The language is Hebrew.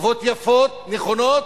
תקוות יפות, נכונות,